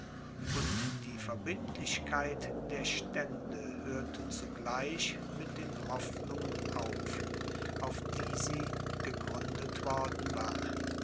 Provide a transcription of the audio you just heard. und die verbindlichkeit der stände hörte zugleich mit den hoffnungen auf auf die sie gegründet worden war